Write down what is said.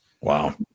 Wow